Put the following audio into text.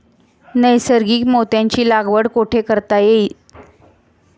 नैसर्गिक मोत्यांची लागवड कुठे करता येईल?